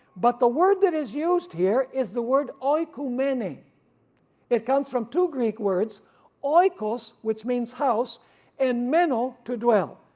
but the word that is used here is the word oikoumene, it comes from two greek words oikos which means house and meno to dwell,